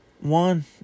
one